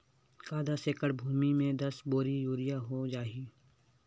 का दस एकड़ भुमि में दस बोरी यूरिया हो जाही?